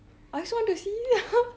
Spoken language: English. I also want to see